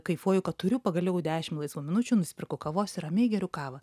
kaifuoju kad turiu pagaliau dešim laisvų minučių nusiperku kavos ir ramiai geriu kavą